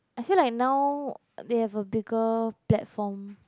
I feel like now they have a bigger platform